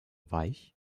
weich